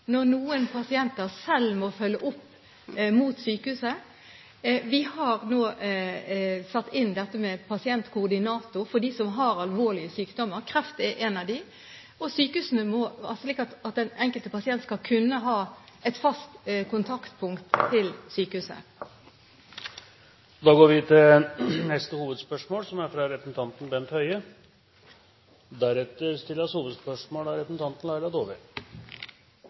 når noen pasienter selv må følge opp mot sykehuset. Vi har nå satt inn pasientkoordinator for dem som har alvorlige sykdommer – kreft er en av dem – slik at den enkelte pasient skal kunne ha et fast kontaktpunkt til sykehuset. Vi går til neste hovedspørsmål. Etter andre tertial i 2011 står det 2 948 personer som er